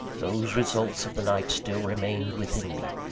those results of the night still remained within me,